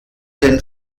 den